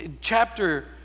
chapter